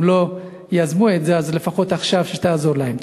אם הם לא יזמו את זה, לפחות עכשיו שתעזור להם.